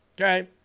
Okay